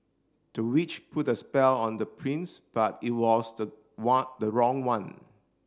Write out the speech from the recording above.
the witch put the spell on the prince but it was the one the wrong one